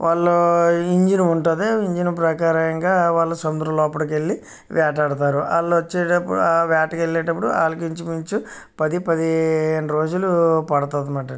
వాళ్ళు ఇంజన్ ఉంటుంది ఇంజన్ ప్రకారంగా వాళ్ళు సముద్రం లోపలికి వెళ్ళి వేటాడుతారు వాళ్ళు వచ్చి ఆ వేటకు వెళ్ళేటప్పుడు వాళ్ళకు ఇంచుమించు పది పదిహేను రోజులు పడతుందన్నమాట